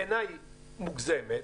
בעיניי מוגזמת,